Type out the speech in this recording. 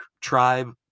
tribe